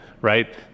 right